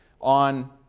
on